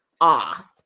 off